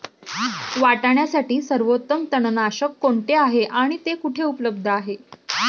वाटाण्यासाठी सर्वोत्तम तणनाशक कोणते आहे आणि ते कुठे उपलब्ध आहे?